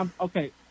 okay